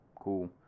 cool